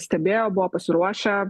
stebėjo buvo pasiruošę